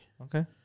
Okay